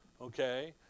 okay